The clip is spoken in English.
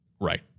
Right